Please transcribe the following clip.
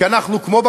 כי אנחנו כמו בקזינו: